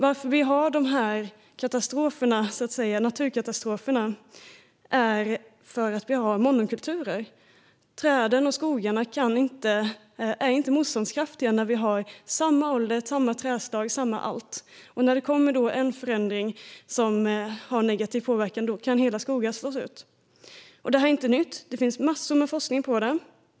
Anledningen till att vi har dessa naturkatastrofer är att vi har monokulturer. Träden och skogarna är inte motståndskraftiga när vi har samma ålder, samma trädslag och samma allt. När det då kommer en förändring som har negativ påverkan kan hela skogen slås ut. Detta är ingenting nytt; det finns massor med forskning på det.